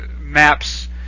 maps